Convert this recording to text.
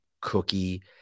cookie